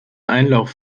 einlauf